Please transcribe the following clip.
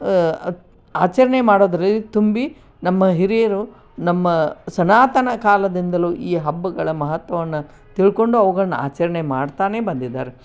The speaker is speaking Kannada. ಆಚರಣೆ ಮಾಡೋದರಲ್ಲಿ ತುಂಬಿ ನಮ್ಮ ಹಿರಿಯರು ನಮ್ಮ ಸನಾತನ ಕಾಲದಿಂದಲೂ ಈ ಹಬ್ಬಗಳ ಮಹತ್ವವನ್ನು ತಿಳ್ಕೊಂಡು ಅವುಗಳ್ನು ಆಚರಣೆ ಮಾಡ್ತಾನೆ ಬಂದಿದ್ದಾರೆ